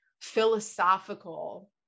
philosophical